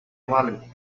wallet